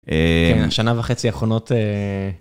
שנה וחצי האחרונות.